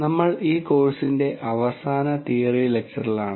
നമ്മൾ ഈ കോഴ്സിന്റെ അവസാന തിയറി ലെക്ച്ചറിലാണ്